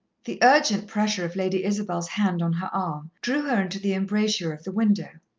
the urgent pressure of lady isabel's hand on her arm drew her into the embrasure of the window.